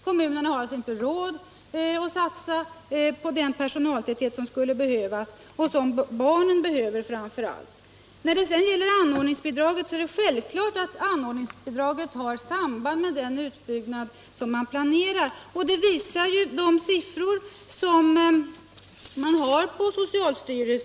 Kommunerna har inte råd att satsa på den personaltäthet som skulle behövas och som framför allt är nödvändig för barnen. Det är vidare självklart att anordningsbidraget har samband med den — Nr 45 utbyggnad som kommunerna planerar, och det visar också socialstyrel Tisdagen den sens siffermaterial.